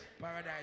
Paradise